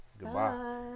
Goodbye